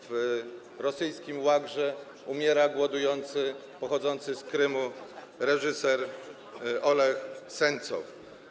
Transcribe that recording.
W rosyjskim łagrze umiera głodujący, pochodzący z Krymu reżyser Ołeh Sencow.